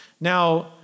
Now